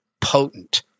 potent